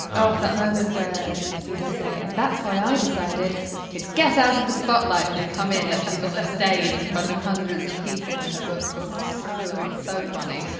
oh, that moment where you see her say, and that's why i decided to get out of the spotlight, and we come in, and she's on a stage in front of hundreds of people on and her book tour. so, so funny.